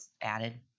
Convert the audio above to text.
added